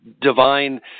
divine